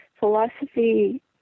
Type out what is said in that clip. Philosophy